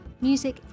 music